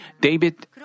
David